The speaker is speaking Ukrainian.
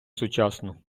сучасну